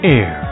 Air